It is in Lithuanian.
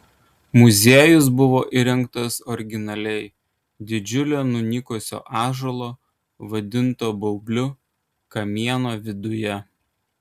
muziejus buvo įrengtas originaliai didžiulio nunykusio ąžuolo vadinto baubliu kamieno viduje